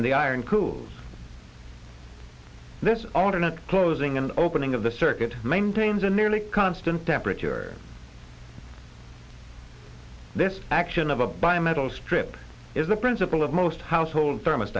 and the iron cools this alternate closing and opening of the circuit maintains a nearly constant temperature this action of a by a metal strip is the principle of most household t